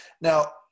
Now